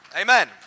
Amen